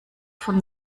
von